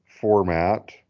format